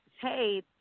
hey